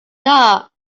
not